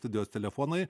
studijos telefonai